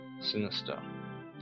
sinister